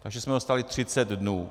Takže jsme dostali 30 dnů.